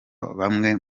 bamwe